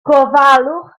gofalwch